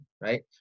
right